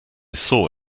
saw